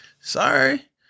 Sorry